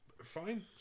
fine